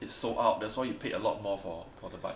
it's sold out that's why you paid a lot more for for the bike